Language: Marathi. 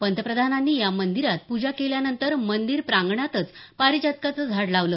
पंतप्रधानांनी या मंदिरात प्रजा केल्यानंतर मंदीर प्रांगणातच पारिजातकाचं झाड लावलं